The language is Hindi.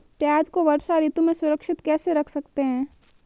प्याज़ को वर्षा ऋतु में सुरक्षित कैसे रख सकते हैं?